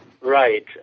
Right